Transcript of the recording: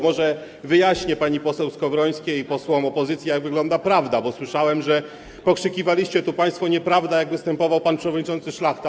Może wyjaśnię pani poseł Skowrońskiej i posłom opozycji, jak wygląda prawda, bo słyszałem, że pokrzykiwaliście tu państwo, „nieprawda”, jak występował pan przewodniczący Szlachta.